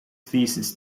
thesis